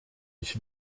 ich